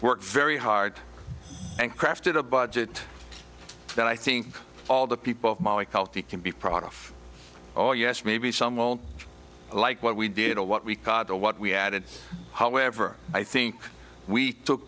worked very hard and crafted a budget that i think all the people healthy can be proud of oh yes maybe some won't like what we did or what we caught or what we added however i think we took